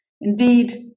Indeed